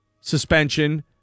suspension